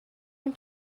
اون